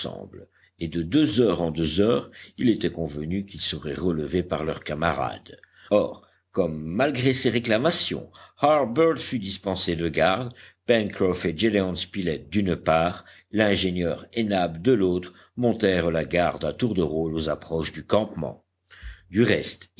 et de deux heures en deux heures il était convenu qu'ils seraient relevés par leurs camarades or comme malgré ses réclamations harbert fut dispensé de garde pencroff et gédéon spilett d'une part l'ingénieur et nab de l'autre montèrent la garde à tour de rôle aux approches du campement du reste